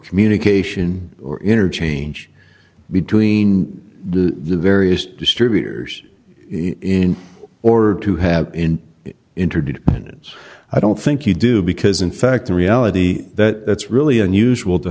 communication or interchange between the various distributors in order to have been interviewed and i don't think you do because in fact the reality that really unusual to